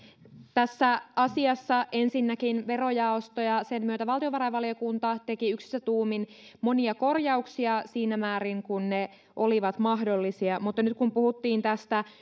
tässä asiassa ensinnäkin verojaosto ja sen myötä valtiovarainvaliokunta tekivät yksissä tuumin monia korjauksia siinä määrin kuin ne olivat mahdollisia mutta nyt kun puhuttiin tästä